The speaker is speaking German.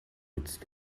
nutzt